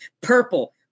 purple